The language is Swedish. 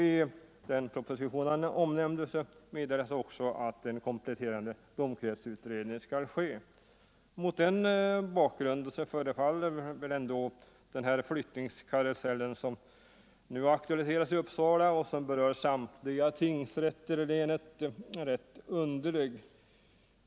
I den proposition justitieministern omnämnde meddelas också att en kompletterande domkretsutredning skall ske. Mot den bakgrunden förefaller den flyttningskarusell som nu aktualiserats i Uppsala och som berör samtliga tingsrätter i länet rätt underlig.